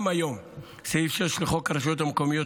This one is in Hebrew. גם היום סעיף 6 לחוק הרשויות המקומיות